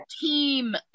team